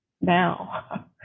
now